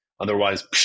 Otherwise